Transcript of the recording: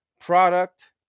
product